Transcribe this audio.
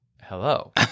Hello